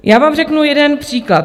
Já vám řeknu jeden příklad.